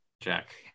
Jack